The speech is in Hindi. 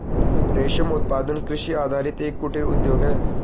रेशम उत्पादन कृषि आधारित एक कुटीर उद्योग है